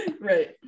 Right